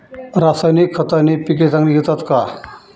रासायनिक खताने पिके चांगली येतात का?